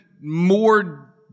more